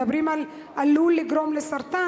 מדברים על כך שזה עלול לגרום לסרטן,